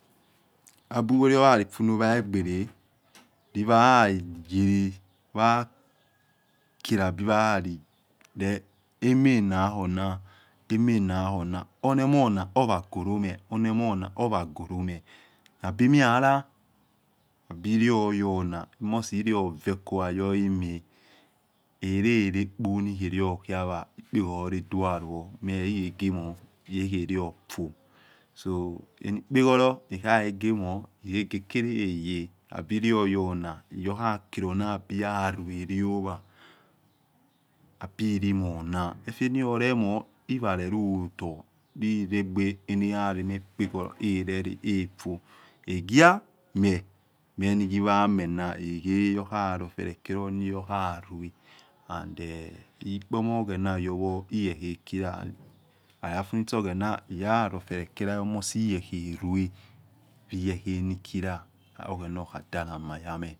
Abiwereor la lo funowaegbereliwalaliyele wei keleabiwalali le emanakhuna emanakhu ma ornemliona orhagolomhe ornamhonaor inagolomhe nabi me eyela abirioyona emosi eriovekwa yoklume ereerebo nikheriokia wa epekholo ledualoho mehohekemho ekheriofo so eni epekholo ekuahekemo ehiekekeleweye nabirioyona eyorhekeleor nabiyerue riowa nabiumhona efeniyore mho ewareloyotor erehaena yaremi epekho lo efo ekhua memenigul wamena ekheyokho kelono ra rofelerue ande ekpemokhenayo wo yelehei wkila laliafunisu ghena iya lofelekela ayomosi iyekheo rue iyekhei nikila oghena orhadalamaya meh.